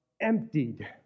emptied